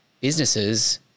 businesses